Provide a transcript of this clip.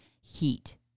heat